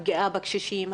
הפגיעה בקשישים,